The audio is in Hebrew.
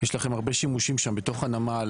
יש לכם הרבה שימושים שם בתוך הנמל,